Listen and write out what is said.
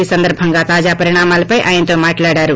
ఈ సందర్బంగా తాజా పరిణామాలపై ఆయనతో మాట్లాడారు